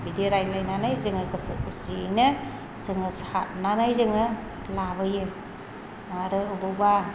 बिदि रायज्लायनानै जोङो गोसो खुसियैनो जोङो सारनानै जोङो लाबोयो आरो बबेयावबा